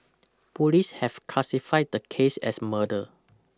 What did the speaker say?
police have classified the case as murder